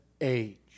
age